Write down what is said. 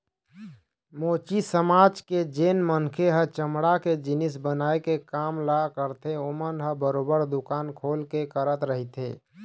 मोची समाज के जेन मनखे ह चमड़ा के जिनिस बनाए के काम ल करथे ओमन ह बरोबर दुकान खोल के करत रहिथे